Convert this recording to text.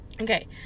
okay